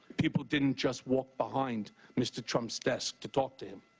people didn't just walk behind mr. trump's desk to talk to him.